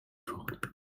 forte